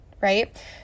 right